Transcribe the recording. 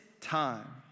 time